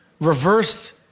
reversed